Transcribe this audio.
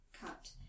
cut